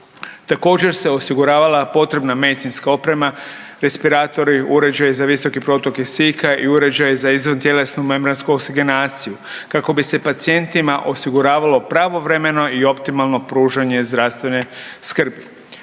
također se osiguravala potrebna medicinska oprema, respiratori, uređaji za visoku protok kisika i uređaj za izvantjelesnu membransku oksigenaciju kako bi pacijentima osiguravalo pravovremeno i optimalno pružanje zdravstvene skrbi.